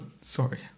Sorry